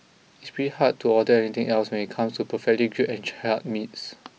it's pretty hard to order anything else when it comes to perfectly grilled and charred meats